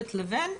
שמיועדת לוואן,